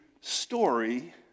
story